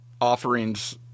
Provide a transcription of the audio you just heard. offerings